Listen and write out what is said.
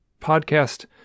podcast